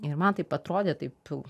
ir man taip atrodė taip